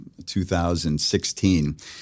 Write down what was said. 2016